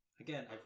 again